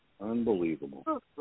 Unbelievable